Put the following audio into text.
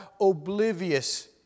oblivious